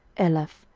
eleph,